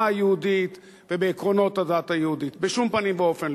היהודית ובעקרונות הדת היהודית בשום פנים ואופן.